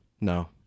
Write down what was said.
No